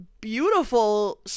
beautiful